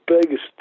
biggest